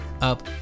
Up